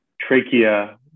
trachea